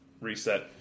reset